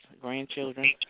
grandchildren